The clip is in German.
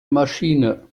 maschine